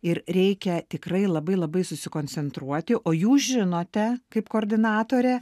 ir reikia tikrai labai labai susikoncentruoti o jūs žinote kaip koordinatorė